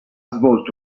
svolto